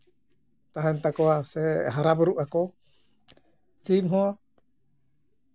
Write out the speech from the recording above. ᱛᱟᱦᱮᱱ ᱛᱟᱠᱚᱣᱟ ᱥᱮ ᱦᱟᱨᱟ ᱵᱩᱨᱩᱜ ᱟᱠᱚ ᱥᱤᱢ ᱦᱚᱸ